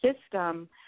system